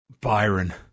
Byron